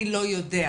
אני לא יודע.